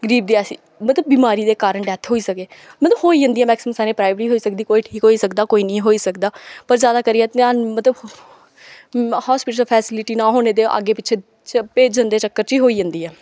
गरीब दी ऐसी मतलब बिमारी दे कारण डेथ होई सकै मतलब होई जंदिया मैक्सीमम सारे प्राइवेट बी सकदी कोई नेईं ठीक होई सकदे कोई होई सकदा पर ज्यादा करियै ध्यान मतलब हास्पिटल फैसीलिटी ना होेने दे अग्गें पिच्छें भेजन दे चक्कर च ही होई जंदी ऐ